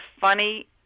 funny